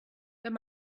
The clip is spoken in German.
wenn